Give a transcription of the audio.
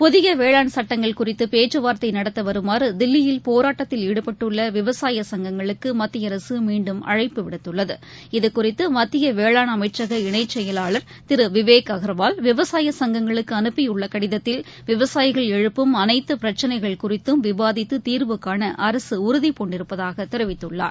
புதியவேளாண் குறித்துபேச்சுவார்த்தைநடத்தவருமாறுதில்லியில் போட்டத்தில் சட்டங்கள் ஈடுபட்டுள்ளவிவசாய சங்கங்களுக்குமத்தியஅரசுமீண்டும் அழைப்பு விடுத்துள்ளது இதுகுறித்துமத்தியவேளாண் அமைச்சக இணைசெயலாளர் திருவிவேக் அகர்வால் விவசாய சங்கங்களுக்குஅனுப்பியுள்ளகடிதத்தில் விவசாயிகள் எழுப்பும் அனைத்தபிரச்சினைகள் குறித்தும் விவாதித்துதீர்வு காண அரசுடறுதி பூண்டிருப்பதாக தெரிவித்துள்ளார்